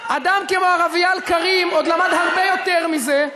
אדם כמו הרב אייל קרים עוד למד הרבה יותר מזה.